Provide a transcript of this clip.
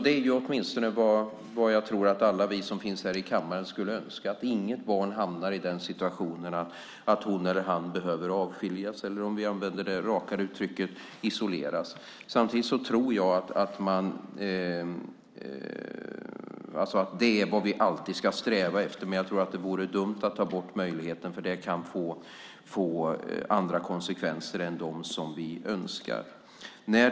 Det är åtminstone vad jag tror att alla vi som finns här i kammaren skulle önska: Inget barn borde hamna i situationen att hon eller han behöver avskiljas eller, om vi använder det rakare uttrycket, isoleras. Det är vad vi alltid ska sträva efter, men samtidigt tror jag att det vore dumt att ta bort möjligheten. Det kan få andra konsekvenser än dem som vi önskar.